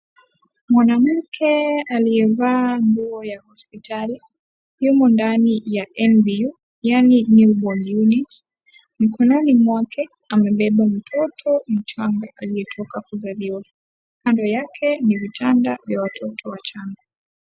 Mwanamke aliyevaa nguo ya hospitali yumo ndani ya NBO yaani new born unit mkononi mwake amebeba mtoto mchanga aliyertoka kuzaliwa kando yake ni vitanda vya watoto wachanga.